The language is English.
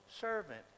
servant